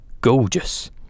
gorgeous